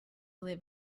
live